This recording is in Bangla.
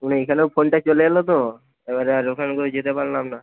মানে এখানেও ফোনটা চলে এলো তো এবারে আর ওখান করে যেতে পারলাম না